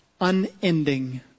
unending